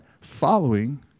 following